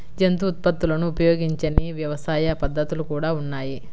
జంతు ఉత్పత్తులను ఉపయోగించని వ్యవసాయ పద్ధతులు కూడా ఉన్నాయి